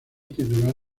titular